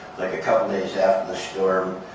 like a couple days after the storm.